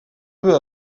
peu